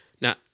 Now